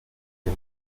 les